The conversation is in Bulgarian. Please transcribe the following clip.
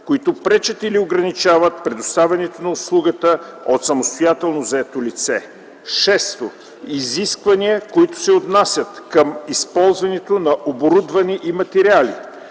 които пречат или ограничават предоставянето на услугата от самостоятелно заето лице; 6. изисквания, които се отнасят към използването на оборудване и материали